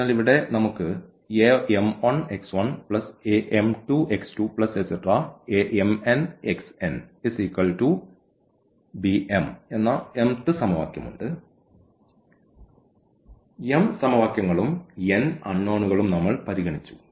അതിനാൽ ഇവിടെ നമുക്ക് എന്ന mth സമവാക്യം ഉണ്ട് അതിനാൽ m സമവാക്യങ്ങളും n അൺനോണുകളും നമ്മൾ പരിഗണിച്ചു